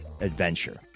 adventure